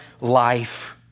life